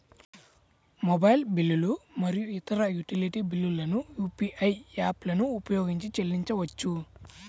mobile బిల్లులు మరియు ఇతర యుటిలిటీ బిల్లులను యూ.పీ.ఐ యాప్లను ఉపయోగించి చెల్లించవచ్చు